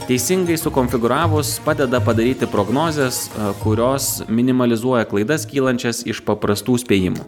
teisingai sukonfigūravus padeda padaryti prognozes kurios minimalizuoja klaidas kylančias iš paprastų spėjimų